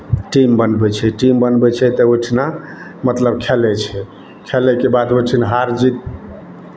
team बनबै छै team बनबै छै तऽ ओहिठिना मतलब खेलै छै खेलयके बाद ओहिठिन हार जीत